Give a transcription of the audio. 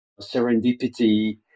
serendipity